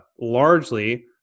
largely